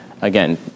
Again